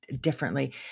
differently